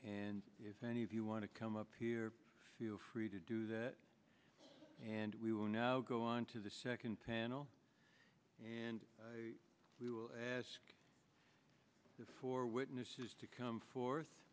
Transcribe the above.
and if any of you want to come up here feel free to do that and we will now go on to the second panel and we will ask the four witnesses to come forth